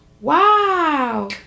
wow